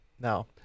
Now